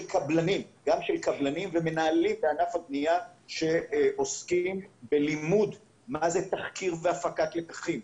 קבלנים ומנהלים בענף הבנייה שעוסקים בלימוד מה זה תחקיר והפקת לקחים,